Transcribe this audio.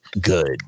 good